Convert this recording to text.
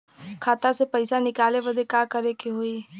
खाता से पैसा निकाले बदे का करे के होई?